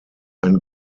ein